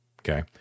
Okay